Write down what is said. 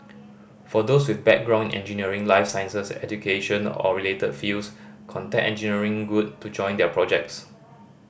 for those with a background in engineering life sciences education or related fields contact Engineering Good to join their projects